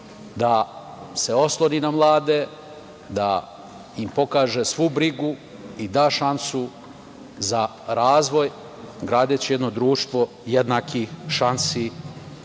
da se osloni na mlade, da im pokaže svu brigu i da šansu za razvoj, gradeći jedno društvo jednakih šansi